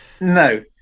No